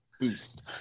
boost